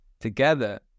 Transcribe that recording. together